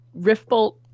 Riftbolt—